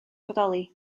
bodoli